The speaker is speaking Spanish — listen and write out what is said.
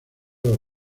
los